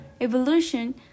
Evolution